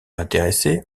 intéressé